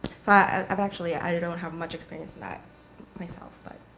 i've actually i don't have much experience in that myself, but